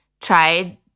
tried